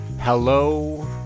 Hello